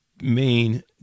main